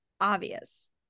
obvious